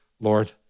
Lord